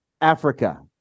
Africa